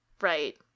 right